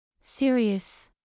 Serious